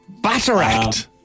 Batteract